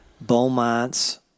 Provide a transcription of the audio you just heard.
Beaumont's